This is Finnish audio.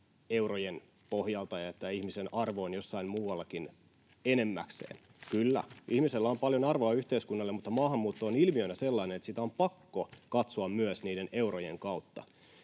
eurojen pohjalta ja että ihmisen arvo on jossain muuallakin, enimmäkseen. Kyllä, ihmisellä on paljon arvoa yhteiskunnalle, mutta maahanmuutto on ilmiönä sellainen, että sitä on pakko katsoa myös niiden eurojen kautta.